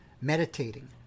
meditating